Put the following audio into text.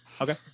Okay